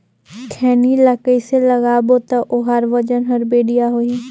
खैनी ला कइसे लगाबो ता ओहार वजन हर बेडिया होही?